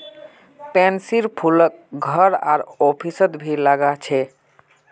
पैन्सीर फूलक घर आर ऑफिसत भी लगा छे